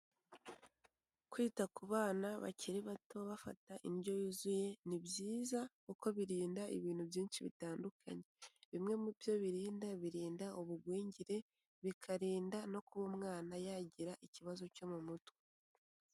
Kwita ku bana bakiri bato bafata indyo yuzuye ni byiza kuko birinda ibintu byinshi bitandukanye, bimwe mu byo birinda birinda ubugwingire bikarinda no kuba umwana yagira ikibazo cyo mu mutwe.